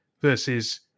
versus